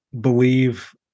believe